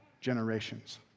generations